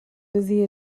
busy